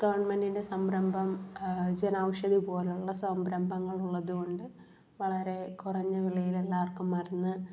ഗവണ്മെൻറ്റിൻറ്റെ സംരംഭം ജനൗഷധി പോലുള്ള സംരംഭങ്ങൾ ഉള്ളത് കൊണ്ട് വളരെ കുറഞ്ഞ വിലയിലെല്ലാവർക്കും മരുന്ന്